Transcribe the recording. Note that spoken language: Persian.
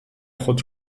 خود